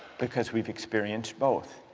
because we've experienced both.